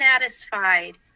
satisfied